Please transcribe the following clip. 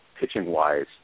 pitching-wise